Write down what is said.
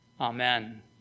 Amen